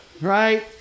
Right